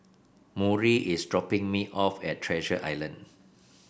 Murry is dropping me off at Treasure Island